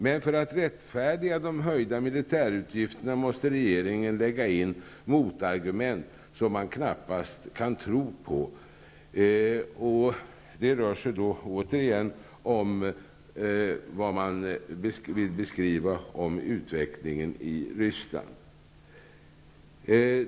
Men för att rättfärdiga de höjda militärutgifterna måste regeringen lägga in motargument, som man knappast kan tro på. Det rör sig återigen om utvecklingen i Ryssland.